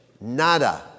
nada